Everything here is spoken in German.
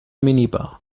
minibar